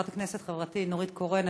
חברת הכנסת חברתי נורית קורן,